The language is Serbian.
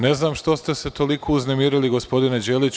Ne znam što ste se toliko uznemirili, gospodine Đeliću.